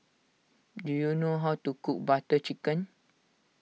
do you know how to cook Butter Chicken